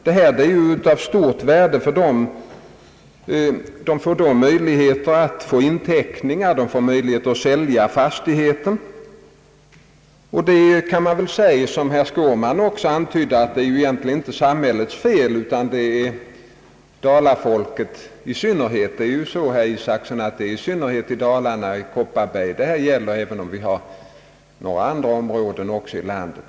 Detta är av stort värde för dem. De får då möjlighet att få inteckningar och att sälja fastigheten. Som herr Skårman också antydde kan man väl säga att det egentligen inte är samhällets fel utan i synnerhet dalafolkets. Det är ju så, herr Isacson, att det i synnerhet är i Dalarna, i Kopparbergs län, som detta gäller, även om vi också har några andra områden i samma situation här i landet.